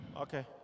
Okay